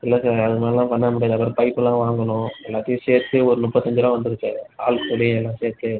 இல்லை சார் அதுக்கு மேலே தான் பண்ண முடியாது அதோடய பைப்புலாம் வாங்கணும் எல்லாத்தையும் சேர்த்து ஒரு முப்பத்தஞ்சிருபா வந்துரும் சார் ஆள் கூலி எல்லாம் சேர்த்து